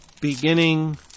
beginning